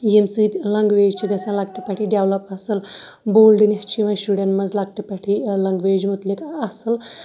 ییٚمہِ سۭتۍ لنٛگویج چھِ گژھان لۄکٹہِ پٮ۪ٹھٕے ڈیولَپ اَصٕل بولڈٕنٮ۪س چھِ یِوان شُرٮ۪ن منٛز لۄکٹہِ پٮ۪ٹھٕے لنٛگویج متعلق اَصٕل